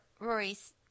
Rory's